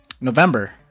November